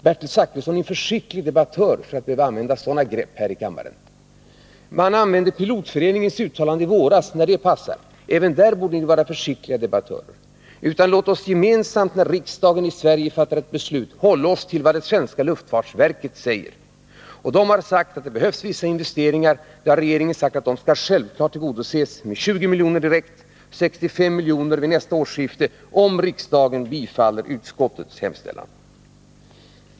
Bertil Zachrisson är en alltför skicklig debattör för att behöva använda sådana grepp här i kammaren. Man använder också Pilotföreningens uttalande i våras, när det passar. Även där borde ni vara försiktigare debattörer. Låt oss i stället gemensamt, när riksdagen i Sverige fattar ett beslut, hålla oss till vad det svenska luftfartsverket säger! Det verket har sagt att det behövs vissa investeringar, och regeringen har sagt att de naturligtvis skall tillgodoses, med 20 milj.kr. direkt och med 65 milj.kr. vid nästa årsskifte, om riksdagen bifaller utskottets hemställan.